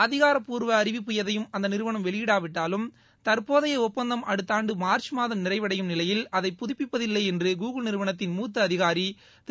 அதிகாரபூர்வ அறிவிப்பு எதையும் அந்த நிறுவனம் வெளியிடவிட்டாலும் தற்போதைய ஒப்பந்தம் அடுத்தாண்டு மார்ச் மாதம் நிறைவடையும் நிலையில் அதை புதுப்பிப்பதில்லை என்று கூகுள் நிறுவனத்தின் மூத்த அதிகாரி திரு